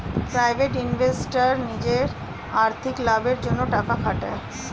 private investor নিজের আর্থিক লাভের জন্যে টাকা খাটায়